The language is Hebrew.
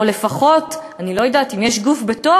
או לפחות, אני לא יודעת, אם יש גוף בתוך